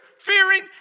fearing